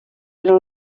eren